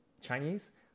Chinese